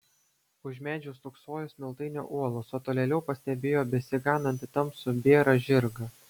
už medžių stūksojo smiltainio uolos o tolėliau pastebėjo besiganantį tamsų bėrą žirgą